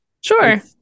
Sure